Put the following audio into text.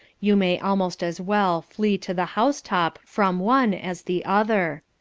you may almost as well flee to the house-top from one as the other.